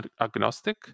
agnostic